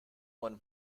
one